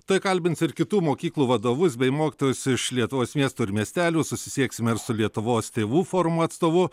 tai kalbins ir kitų mokyklų vadovus bei mokytojus iš lietuvos miestų ir miestelių susisieksime ir su lietuvos tėvų forumo atstovu